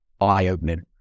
eye-opening